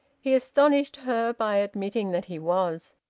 he astonished her by admitting that he was.